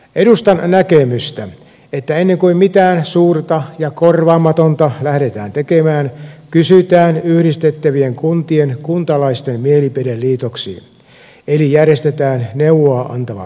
edustan näkemystä että ennen kuin mitään suurta ja korvaamatonta lähdetään tekemään kysytään yhdistettävien kuntien kuntalaisten mielipide liitoksiin eli järjestetään neuvoa antava kansanäänestys